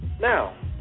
Now